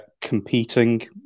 competing